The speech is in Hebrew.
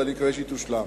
ואני מקווה שהיא תושלם.